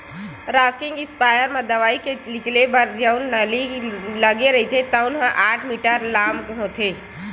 rocking sprayer म दवई के निकले बर जउन नली लगे रहिथे तउन ह आठ मीटर लाम होथे